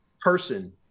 person